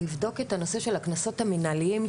לבדוק את הנושא של הקנסות המנהליים,